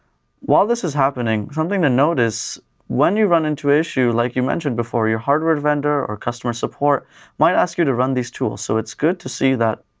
while this is happening, something to notice when you run into issue like you mentioned before, your hardware vendor or customer support might ask you to run these tools, so it's good to see